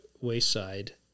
Wayside